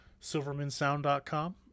SilvermanSound.com